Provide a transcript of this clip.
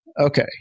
Okay